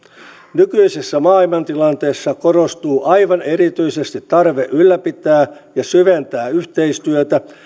nykyisessä maailmantilanteessa korostuu aivan erityisesti tarve ylläpitää ja syventää yhteistyötä